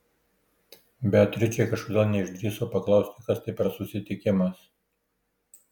beatričė kažkodėl neišdrįso paklausti kas tai per susitikimas